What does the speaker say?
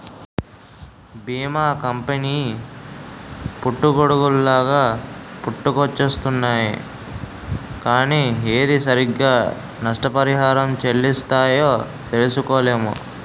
బీమా కంపెనీ పుట్టగొడుగుల్లాగా పుట్టుకొచ్చేస్తున్నాయ్ కానీ ఏది సరిగ్గా నష్టపరిహారం చెల్లిస్తాయో తెలుసుకోలేము